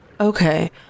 Okay